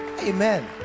Amen